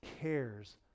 cares